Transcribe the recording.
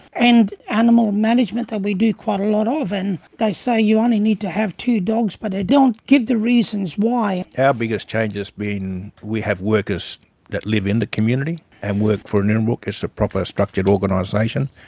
and animal management that we do quite a lot of and they say you only need to have two dogs, but they don't give the reasons why. our biggest change has been we have workers that live in the community and work for nirrumbuk, it's a proper structured organisation.